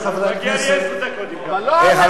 אז מגיע לי עשר דקות, אם ככה.